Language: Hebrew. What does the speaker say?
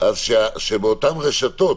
שבאותן רשתות